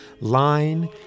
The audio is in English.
line